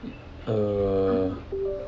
err